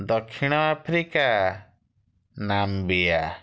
ଦକ୍ଷିଣ Africa Namibia